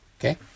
Okay